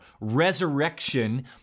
resurrection